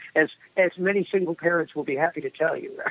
as as many single parents will be happy to tell you,